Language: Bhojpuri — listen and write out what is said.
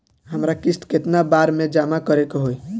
हमरा किस्त केतना बार में जमा करे के होई?